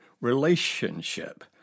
relationship